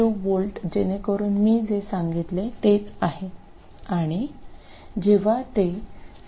72V जेणेकरून मी जे सांगितले तेच आहे आणि जेव्हा ते 6